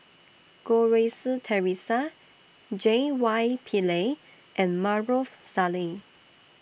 Goh Rui Si Theresa J Y Pillay and Maarof Salleh